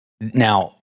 Now